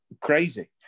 crazy